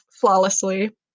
flawlessly